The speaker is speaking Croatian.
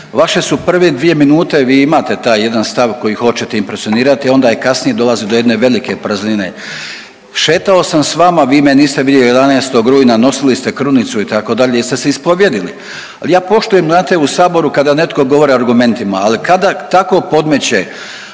Vaše su prve dvije minute, vi imate taj jedan stav koji hoćete impresionirati, a onda i kasnije dolazi do jedne velike praznine. Šetao sam s vama, vi me niste vidjeli 11. rujna, nosili ste krunicu itd., jeste li se ispovjedili, ali ja poštujem znate u saboru kada netko govori argumentima, ali kada tako podmeće,